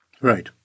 Right